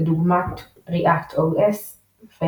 כדוגמת ReactOS ו־Haiku.